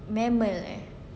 mammal ya